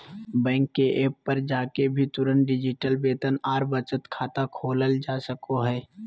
bank के app पर जाके भी तुरंत डिजिटल वेतन आर बचत खाता खोलल जा सको हय